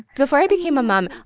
before i became a mom,